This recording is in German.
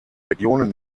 regionen